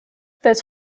this